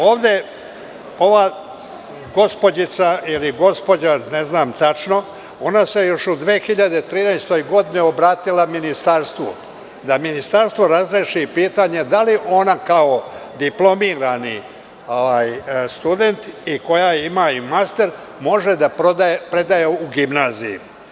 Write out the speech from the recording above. Ovde ova gospođica ili gospođica, ona se još u 2013. godini obratila ministarstvu, da ministarstvo razreši pitanje da li je ona kao diplomirani student, koja ima i master, može da predaje u gimnaziji.